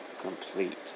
complete